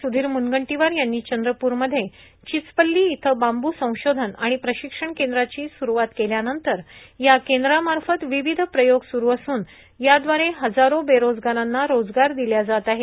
सुधीर मुनगंटीवार यांनी चंद्रपूरमध्ये चिचपल्ली इथं बांबू संशोधन आणि प्रशिक्षण केंद्राची सुरुवात केल्यानंतर या केंद्रामार्फत विविध प्रयोग सुरु असून याद्वारे हजारो बेरोजगारांना रोजगार दिल्या जात आहे